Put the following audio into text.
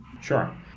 sure